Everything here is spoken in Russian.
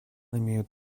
имеют